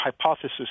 hypothesis